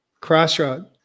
crossroad